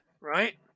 right